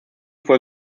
fue